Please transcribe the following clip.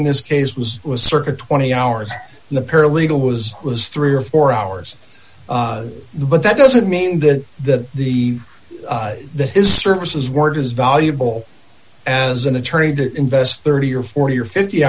in this case was was circa twenty hours in the paralegal was it was three or four hours but that doesn't mean that that the that is services weren't as valuable as an attorney that invests thirty or forty or fifty